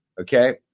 okay